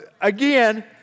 again